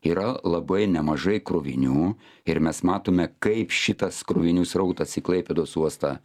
yra labai nemažai krovinių ir mes matome kaip šitas krovinių srautas į klaipėdos uostą